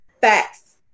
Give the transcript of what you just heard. Facts